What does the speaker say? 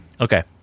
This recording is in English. Okay